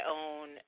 own